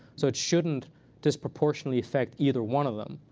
so it shouldn't disproportionately affect either one of them.